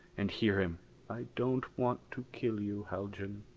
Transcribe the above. and hear him i don't want to kill you, haljan.